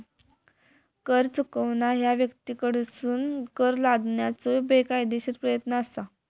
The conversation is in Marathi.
कर चुकवणा ह्या व्यक्तींकडसून कर लादण्याचो बेकायदेशीर प्रयत्न असा